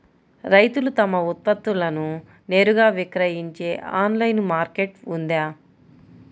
రైతులు తమ ఉత్పత్తులను నేరుగా విక్రయించే ఆన్లైను మార్కెట్ ఉందా?